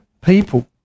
people